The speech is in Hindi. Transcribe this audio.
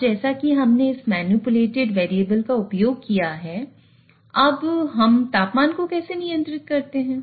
अब जैसा कि हमने इस मैनिपुलेटेड वेरिएबल का उपयोग किया है अब हम तापमान को कैसे नियंत्रित करते हैं